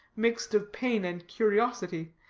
mixed of pain and curiosity,